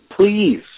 please